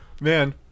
Man